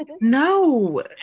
No